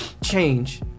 change